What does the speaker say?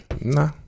Nah